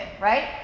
right